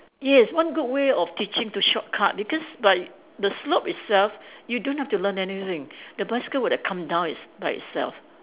yes one good way of teaching to shortcut because like the slope itself you don't have to learn anything the bicycle would have come down it by itself